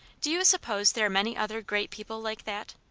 do you suppose there are many other great people like that?